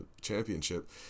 championship